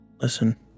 Listen